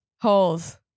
Holes